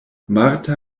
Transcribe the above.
marta